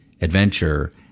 adventure